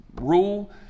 Rule